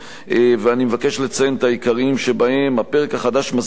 ואני מבקש לציין את העיקריים שבהם: הפרק החדש מסדיר באופן